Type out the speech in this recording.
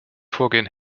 vorgehen